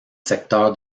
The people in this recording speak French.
secteur